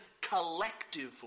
collectively